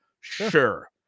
Sure